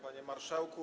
Panie Marszałku!